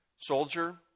Soldier